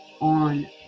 on